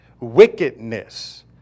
Wickedness